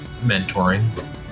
mentoring